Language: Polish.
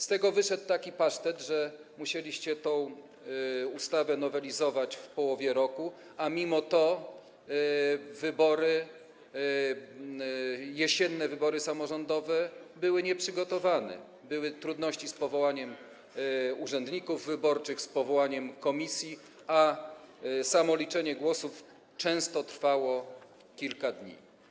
Z tego wyszedł taki pasztet, że musieliście tę ustawę nowelizować w połowie roku, a mimo to jesienne wybory samorządowe były nieprzygotowane, były trudności z powołaniem urzędników wyborczych, z powołaniem komisji, a samo liczenie głosów często trwało kilka dni.